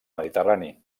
mediterrani